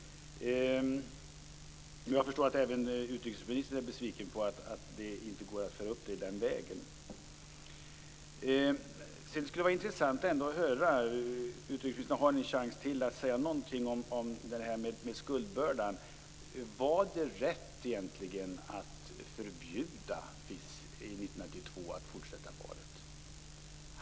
Jag förstår att även utrikesministern är besviken över att det inte går att föra upp frågan den vägen. Utrikesministern har nu ytterligare en chans att säga någonting om detta med skuldbördan. Var det egentligen rätt att förbjuda FIS att fullfölja valet 1992?